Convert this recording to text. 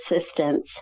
assistance